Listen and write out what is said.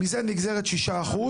מזה נגזר 6%,